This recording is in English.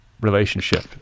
relationship